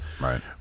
right